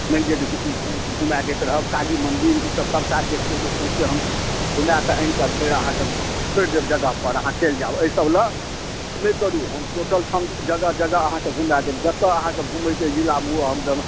मानि लिअ जे घु घुम घुमाय दैत रहब काली मन्दिर ई सभ सभटा जे छै से सौसे हम घुमाय कऽ आनि कऽ फेर अहाँक छोड़ि देब जगह पर अहाँ चलि जायब एहि सभ लऽ नहि करू हम टोटल ठाम जगह जगह अहाँके घुमाय देब जतऽ अहाँकऽ घुमैके जिलामे हुअ